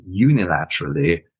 unilaterally